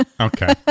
Okay